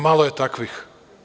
Malo je takvih.